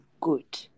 good